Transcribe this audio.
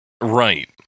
Right